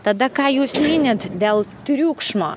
tada ką jūs minit dėl triukšmo